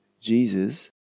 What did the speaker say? Jesus